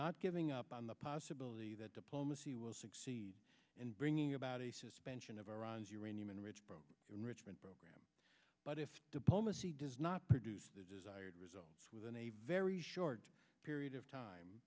not giving up on the possibility that diplomacy will succeed in bringing about a suspension of iran's uranium enriched richmond program but if diplomacy does not produce the desired results within a very short period of time